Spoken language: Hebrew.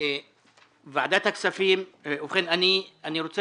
ועדת הכספים דנה